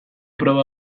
proba